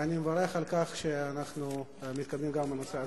ואני מברך על כך שאנחנו מתקדמים גם בנושא הזה.